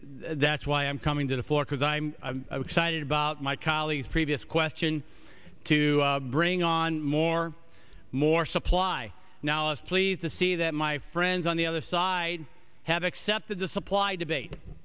that's why i'm coming to the floor because i'm excited about my colleagues previous question to bring on more more supply now is pleased to see that my friends on the other side have accepted the supply debate